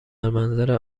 منظر